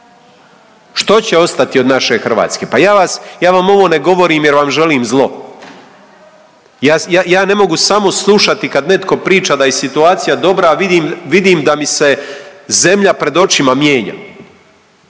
Što će ostati od naše Hrvatske? Pa ja vam ovo ne govorim jer vam želim zlo, ja ne mogu samo slušati kad netko pričat da je situacija dobra, a vidim da mi se zemlja pred očima mijenja,